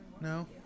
No